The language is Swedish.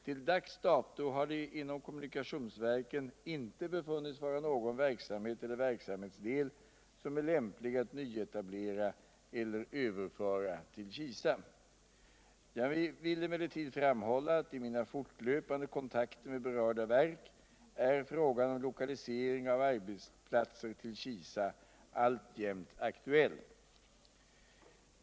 Till dags dato har det inom kommunikationsverken inte befunnits vara någon verksamhet eller verksamhetsdel som är lämplig att nyetablera eller överföra utt Kisa. Jag vill emellerud framhålla att i mina fortlöpande kontakter med berörda verk är frågan om lokalisering av arbetsplatser till Kisa alltjämt aktuell.